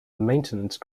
maintenance